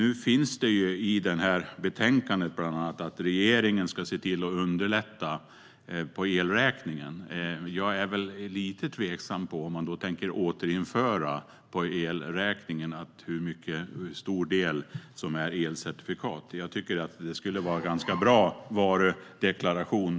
I betänkandet ingår bland annat att regeringen ska se till att underlätta när det gäller elräkningen. Jag är lite tveksam till återinförandet på elräkningen av hur stor del som gäller elcertifikat, men jag tycker att det skulle vara en ganska bra varudeklaration.